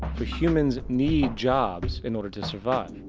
for humans need jobs in order to survive.